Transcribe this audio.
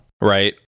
right